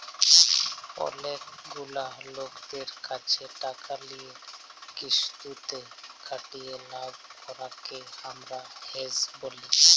অলেক গুলা লকদের ক্যাছে টাকা লিয়ে কিসুতে খাটিয়ে লাভ করাককে হামরা হেজ ব্যলি